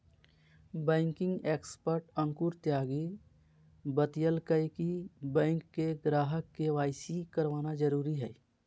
banking expert Ankur Tyagi बतयलकय कि bank के ग्राहक के.वाई.सी करवाना जरुरी हइ